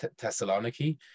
Thessaloniki